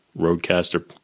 Rodecaster